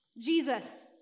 Jesus